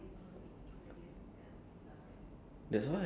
like it's it's like as open as the sea like that eh